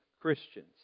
Christians